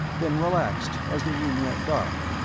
then relaxed as the room went dark.